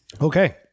Okay